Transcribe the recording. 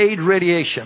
radiation